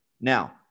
Now